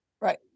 right